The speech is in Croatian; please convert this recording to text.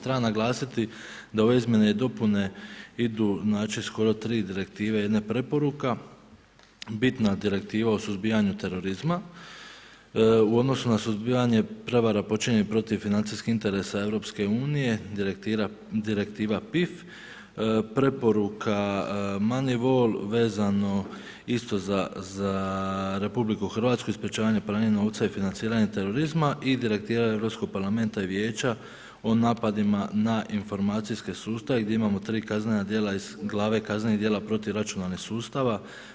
Treba naglasiti da ove izmjene i dopune idu skoro 3 direktive, jedna je preporuka, bitna direktiva u suzbijanju terorizma u odnosu na suzbijanje prevara počinjenih protiv financijskih interesa EU, direktiva PIF, preporuka manivol vezano isto za RH i sprečavanje pranja novca i financiranje terorizma i direktiva Europskog parlamenta i vijeća o napadima na informacijske sustave gdje imamo 3 kaznena djela iz glave kaznenih djela protiv računalnih sustava.